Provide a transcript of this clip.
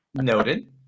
Noted